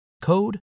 code